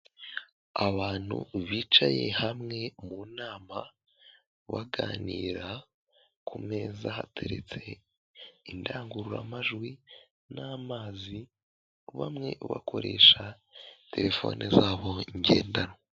Abantu bicaye hamwe mu nama baganira ku meza hateretse, indangururamajwi n'amazi bamwe bakoresha telefone zabo ngendanwa.